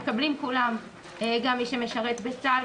גם מי שמשרת בצה"ל,